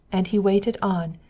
and he waited on,